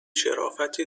شرافتی